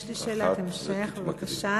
יש לי שאלת המשך, בבקשה.